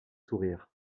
sourire